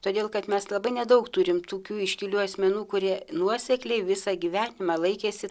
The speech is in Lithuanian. todėl kad mes labai nedaug turim tokių iškilių asmenų kurie nuosekliai visą gyvenimą laikėsi